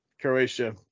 Croatia